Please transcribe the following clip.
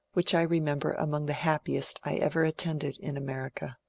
which i remember among the happiest i ever attended in america.